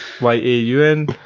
Y-A-U-N